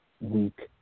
weak